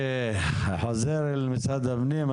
חוזר אל משרד הפנים.